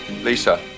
Lisa